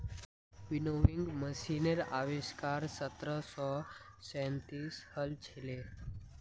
winnowing मशीनेर आविष्कार सत्रह सौ सैंतीसत हल छिले